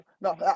no